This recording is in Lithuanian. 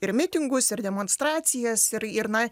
ir mitingus ir demonstracijas ir ir na